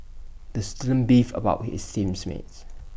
the student beefed about his team's mates